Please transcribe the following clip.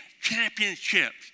championships